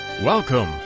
Welcome